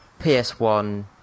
PS1